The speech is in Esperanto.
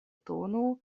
tono